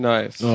Nice